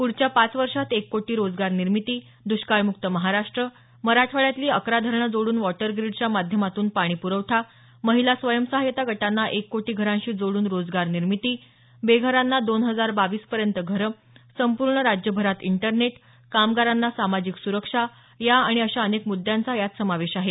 पुढच्या पाच वर्षांत एक कोटी रोजगार निर्मिती द्ष्काळम्क्त महाराष्ट्र मराठवाड्यातली अकरा धरणं जोडून वॉटरग्रीडच्या माध्यमातून पाणी पुरवठा महिला स्वयंसहायता गटांना एक कोटी घरांशी जोडून रोजगार निर्मिती बेघरांना दोन हजार बावीस पर्यंत घरं संपूर्ण राज्यभरात इंटरनेट कामगारांना सामाजिक सुरक्षा या आणि अशा अनेक मुद्यांचा यात समावेश आहे